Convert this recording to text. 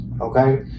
Okay